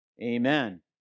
amen